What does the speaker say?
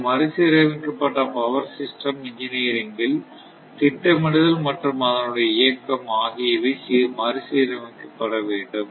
இந்த மறுசீரமைக்கப்பட்ட power system இன்ஜினியரிங்கில் திட்டமிடுதல் மற்றும் அதனுடைய இயக்கம் ஆகியவை மறுசீரமைக்க பட வேண்டும்